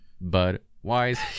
Bud-wise